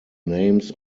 names